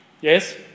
Yes